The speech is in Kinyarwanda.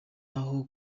aho